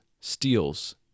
steals